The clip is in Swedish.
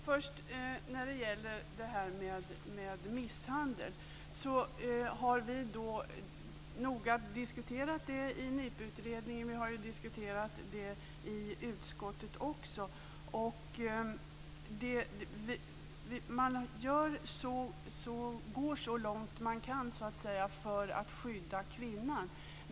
Fru talman! Först var det frågan om misshandel. Vi har noga diskuterat frågan i NIPU-utredningen, och vi har diskuterat frågan i utskottet. Vi går så långt vi kan för att skydda kvinnan.